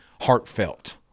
heartfelt